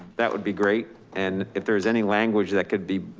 that would be great. and if there's any language that could be,